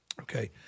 okay